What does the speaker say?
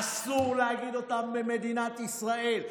אסור להגיד אותן במדינת ישראל.